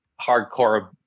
hardcore